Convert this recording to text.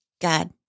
God